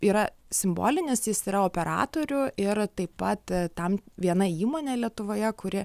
yra simbolinis jis yra operatorių ir taip pat tam viena įmonė lietuvoje kuri